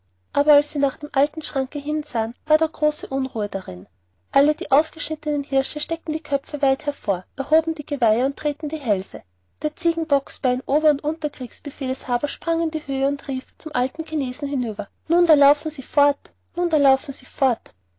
aber als sie nach dem alten schranke hin sahen war da große unruhe darin alle die ausgeschnittenen hirsche steckten die köpfe weit hervor erhoben die geweihe und drehten die hälse der ziegenbocksbein ober und unterkriegsbefehlshaber sprang in die höhe und rief zum alten chinesen hinüber nun laufen sie fort nun laufen sie fort